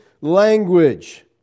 language